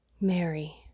Mary